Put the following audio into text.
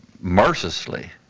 mercilessly